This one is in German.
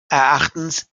erachtens